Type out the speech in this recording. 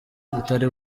atari